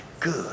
Good